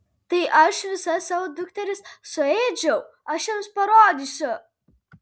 tai aš visas savo dukteris suėdžiau aš jiems parodysiu